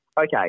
Okay